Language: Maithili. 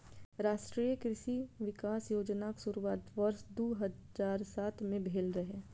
राष्ट्रीय कृषि विकास योजनाक शुरुआत वर्ष दू हजार सात मे भेल रहै